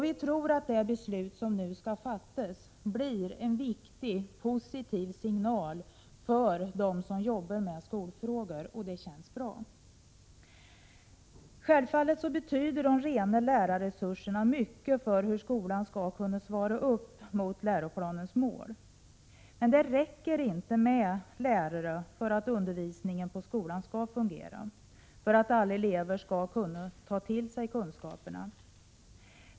Vi tror att det beslut som nu skall fattas blir en viktig positiv signal för dem som jobbar med skolfrågor, och det känns bra. Självfallet betyder de rena lärarresurserna mycket för hur skolan skall kunna svara upp mot läroplanens mål. Men det räcker inte med lärare för att undervisningen i skolan skall fungera, för att alla elever skall kunna ta till sig kunskaperna.